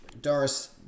Doris